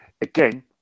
again